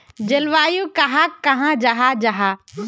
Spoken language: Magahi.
जलवायु कहाक कहाँ जाहा जाहा?